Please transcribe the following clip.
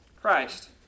Christ